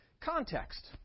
context